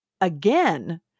again